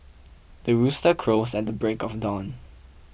the rooster crows at the break of dawn